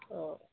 অঁ